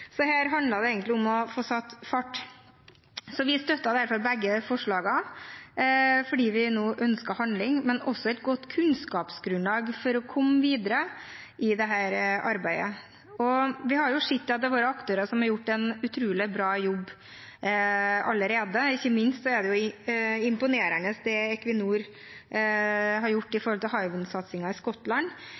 Så det er stor enighet om dette, og jeg tror det er like stor enighet om at vi er utålmodige, som vi er enige om selve saken. Her handler det egentlig om å få satt fart. Vi støtter derfor begge forslagene, fordi vi nå ønsker handling, men også et godt kunnskapsgrunnlag for å komme videre i dette arbeidet. Vi har sett at det har vært aktører som har gjort en utrolig bra jobb allerede. Ikke minst